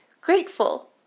Grateful